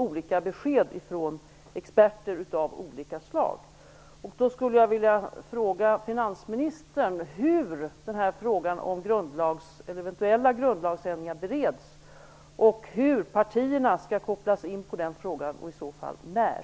Vi får olika besked från experter.